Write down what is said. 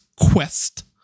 quest